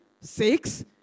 six